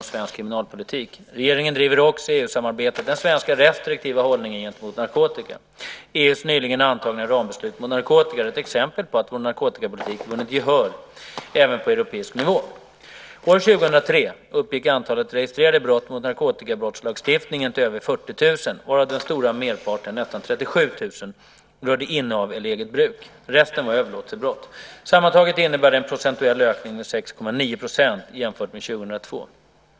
Herr talman! Viviann Gerdin har frågat mig vilka åtgärder jag avser att vidta för att förbättra polisens förutsättningar att bekämpa narkotikan. Narkotikabrottsligheten är och förblir ett av de mest prioriterade områdena inom svensk kriminalpolitik. Regeringen driver också i EU-samarbetet den svenska restriktiva hållningen gentemot narkotika. EU:s nyligen antagna rambeslut mot narkotika är ett exempel på att vår narkotikapolitik vunnit gehör även på europeisk nivå. År 2003 uppgick antalet registrerade brott mot narkotikabrottslagstiftningen till över 40 000, varav den stora merparten, nästan 37 000, rörde innehav eller eget bruk. Resten var överlåtelsebrott. Sammantaget innebär det en procentuell ökning med 6,9 % jämfört med 2002.